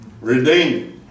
redeemed